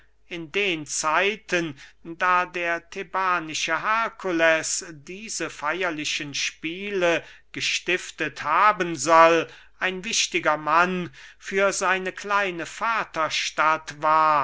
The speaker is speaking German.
in den zeiten da der thebanische herkules diese feyerlichen spiele gestiftet haben soll ein wichtiger mann für seine kleine vaterstadt war